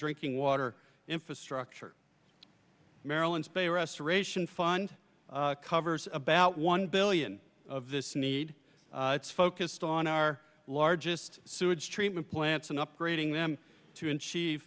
drinking water infrastructure maryland's bay restoration fund covers about one billion of this need it's focused on our largest sewage treatment plants and upgrading them to a